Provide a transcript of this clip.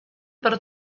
per